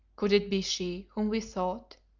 could it be she whom we sought?